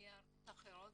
מארצות אחרות